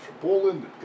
Poland